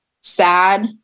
sad